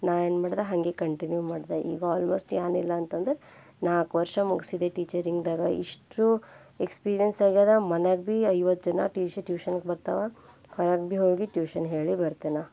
ನಾನು ಏನು ಮಾಡ್ದೆ ಹಾಗೆ ಕಂಟಿನ್ಯೂ ಮಾಡಿದೆ ಈಗ ಆಲ್ಮೋಸ್ಟ್ ಏನಿಲ್ಲ ಅಂತ ಅಂದು ನಾಲ್ಕು ವರ್ಷ ಮುಗಿಸಿದೆ ಟೀಚರಿಂಗ್ದಾಗ ಇಷ್ಟು ಎಕ್ಸ್ಪೀರಿಯನ್ಸ್ ಆಗ್ಯಾದ ಮನ್ಯಾಗ ಭೀ ಐವತ್ತು ಜನ ಟ್ಯೂಷನಿಗೆ ಬರ್ತಾವ ಹೊರಗೆ ಭೀ ಹೋಗಿ ಟ್ಯೂಷನ್ ಹೇಳಿ ಬರ್ತೇನೆ